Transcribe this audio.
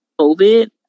COVID